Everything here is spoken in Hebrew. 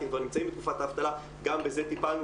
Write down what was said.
כי כבר נמצאים בתקופת האבטלה - גם בזה טיפלנו,